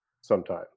sometime